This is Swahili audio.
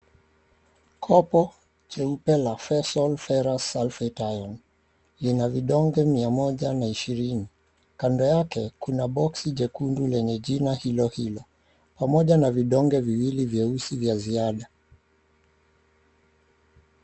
Kopo jeupe la Feosol Ferrous Sulfate iron lina vidonge mia moja na ishirini. Kando yake kuna boksi jekundu lenye jina hilohilo pamoja na vidonge viwili vyeusi vya ziada.